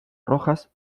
rojas